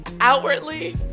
outwardly